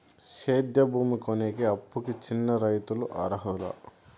సేద్యం భూమి కొనేకి, అప్పుకి చిన్న రైతులు అర్హులా?